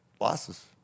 losses